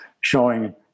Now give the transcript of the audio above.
showing